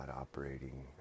operating